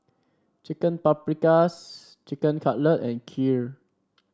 Chicken Paprikas Chicken Cutlet and Kheer